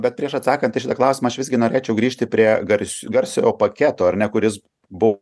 bet prieš atsakant į šitą klausimą aš visgi norėčiau grįžti prie gars garsiojo paketo ar ne kuris bu